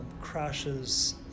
crashes